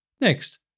Next